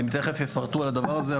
הם תיכף יפרטו על הדבר הזה,